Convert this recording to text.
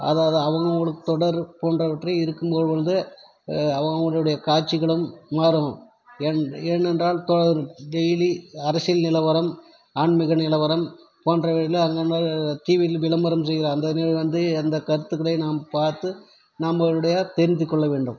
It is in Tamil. அதை அதை அவங்கவுங்களுக்கு தொடர் போன்றவற்றை இருக்கும்பொழுது அவங்கவுங்களுடைய காட்சிகளும் மாறும் ஏன் ஏன் என்றால் தொடர் டெய்லி அரசியல் நிலவரம் ஆன்மீக நிலவரம் போன்ற வகையில் அன்னன்ன டிவியில் விளம்பரம் செய்கிற அந்த நிகழ்வு வந்து அந்த கருத்துகளை நாம் பார்த்து நாமளுடைய தெரிஞ்சி கொள்ள வேண்டும்